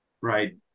right